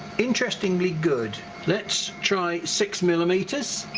interestingly good' let's try six millimeters